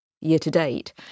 year-to-date